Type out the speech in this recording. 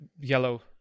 yellow